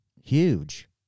Huge